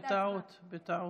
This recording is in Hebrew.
בטעות, בטעות.